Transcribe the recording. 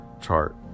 chart